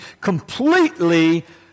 completely